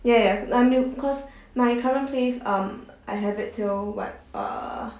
ya ya I'm new because my current place um I have it till what err